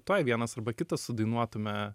tuoj vienas arba kitas sudainuotume